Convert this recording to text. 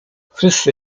wszyscy